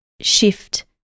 shift